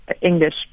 English